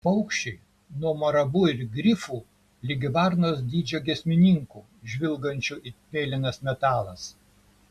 paukščiai nuo marabu ir grifų ligi varnos dydžio giesmininkų žvilgančių it mėlynas metalas